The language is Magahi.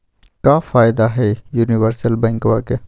क्का फायदा हई यूनिवर्सल बैंकवा के?